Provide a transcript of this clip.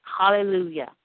Hallelujah